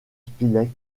spilett